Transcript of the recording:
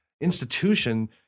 institution